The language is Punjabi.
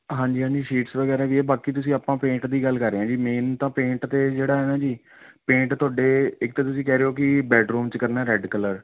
ਹਾਂਜੀ ਹਾਂਜੀ ਸੀਟਸ ਵਗੈਰਾ ਵੀ ਹੈ ਬਾਕੀ ਤੁਸੀਂ ਆਪਾਂ ਪੇਂਟ ਦੀ ਗੱਲ ਕਰ ਰਹੇ ਹਾਂ ਜੀ ਮੇਨ ਤਾਂ ਪੇਂਟ ਤੇ ਜਿਹੜਾ ਹੈ ਨਾ ਜੀ ਪੇਂਟ ਤੁਹਾਡੇ ਇੱਕ ਤੁਸੀਂ ਕਹਿ ਰਹੇ ਹੋ ਕਿ ਬੈੱਡਰੂਮ 'ਚ ਕਰਨਾ ਰੈੱਡ ਕਲਰ